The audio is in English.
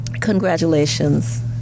congratulations